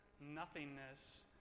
nothingness